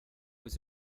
was